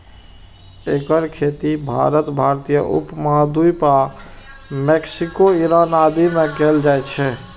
एकर खेती भारत, भारतीय उप महाद्वीप आ मैक्सिको, ईरान आदि मे कैल जाइ छै